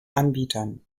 anbietern